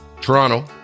toronto